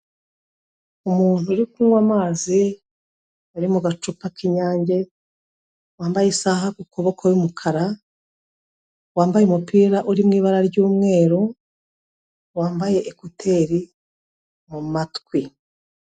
Umuntu uri kunywa amazi ari mu gacupa k'inyange, wambaye isaha ku kuboko y'umukara, wambaye umupira uri mu ibara ry'umweru, wambaye ekuteri mu mu matwi.